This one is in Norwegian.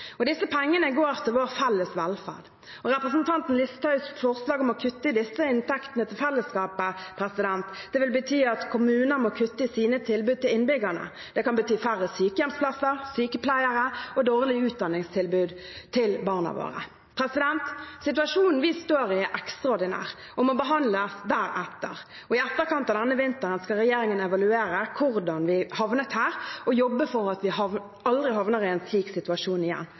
Disse pengene går til vår felles velferd. Representanten Listhaugs forslag om å kutte i disse inntektene til fellesskapet vil bety at kommuner må kutte i sine tilbud til innbyggerne. Det kan bety færre sykehjemsplasser, sykepleiere og dårligere utdanningstilbud til barna våre. Situasjonen vi står i, er ekstraordinær og må behandles deretter. I etterkant av denne vinteren skal regjeringen evaluere hvordan vi havnet her, og jobbe for at vi aldri havner i en slik situasjon igjen.